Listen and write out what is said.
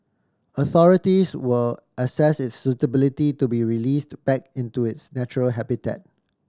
authorities will assess its suitability to be released back into its natural habitat